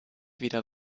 wieder